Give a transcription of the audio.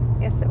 Yes